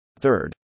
Third